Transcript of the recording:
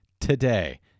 today